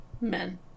Men